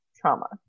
trauma